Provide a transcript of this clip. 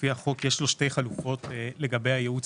לפי החוק יש לו שתי חלופות לגבי הייעוץ